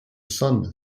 sun